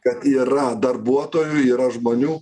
kad yra darbuotojų yra žmonių